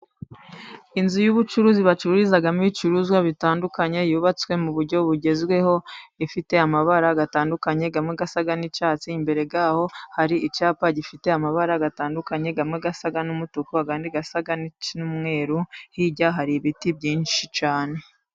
Inzu y'ubucuruzi bacururizamo ibicuruzwa bitandukanye, yubatswe mu buryo bugezweho ifite amabara atandukanye amwe asa n'icyatsi, imbere y'aho hari icyapa gifite amabara atandukanye, amwe asa n'umutuku ayandi asa n'umweru, hirya hari ibiti byinshi cyane.